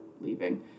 leaving